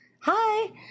Hi